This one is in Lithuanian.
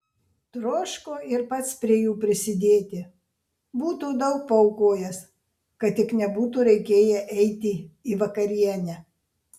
troško ir pats prie jų prisidėti būtų daug paaukojęs kad tik nebūtų reikėję eiti į vakarienę